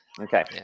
Okay